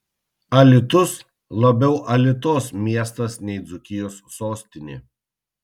alytus labiau alitos miestas nei dzūkijos sostinė